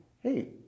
hey